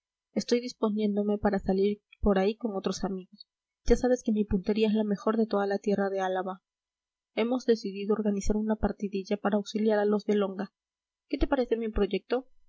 estoy disponiéndome para salir por ahí con otros amigos ya sabes que mi puntería es la mejor de toda la tierra de álava hemos decidido organizar una partidilla para auxiliar a las de longa qué te parece mi proyecto